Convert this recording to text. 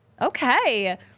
Okay